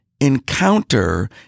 encounter